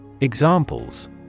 Examples